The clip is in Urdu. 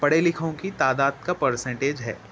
پڑھے لِکھوں کی تعداد کا پرسینٹیج ہے